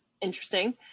Interesting